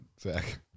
zach